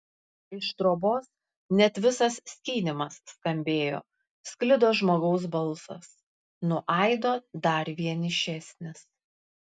iš trobos net visas skynimas skambėjo sklido žmogaus balsas nuo aido dar vienišesnis